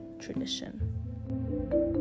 tradition